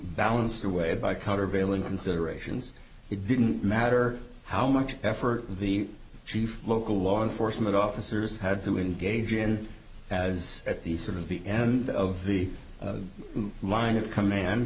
balanced away by countervailing considerations it didn't matter how much effort the chief local law enforcement officers had to engage in as at the sort of the end of the line of command